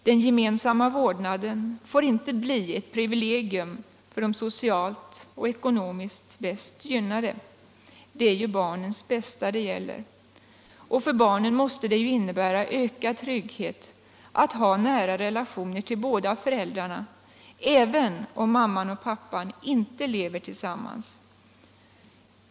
Den gemensamma vårdnaden får inte bli ett privilegium för de socialt och ekonomiskt bäst gynnade. Det är ju barnens bästa det gäller. Och för barnen måste det innebära ökad trygghet att ha nära relationer till båda föräldrarna, även om mamman och pappan inte lever tillsammans.